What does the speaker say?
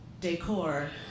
decor